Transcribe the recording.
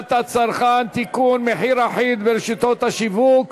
הגנת הצרכן (תיקון, מחיר אחיד ברשתות השיווק),